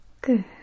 good